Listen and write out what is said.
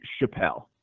Chappelle